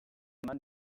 eman